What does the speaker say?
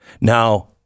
Now